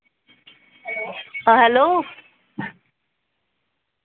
hello